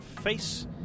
face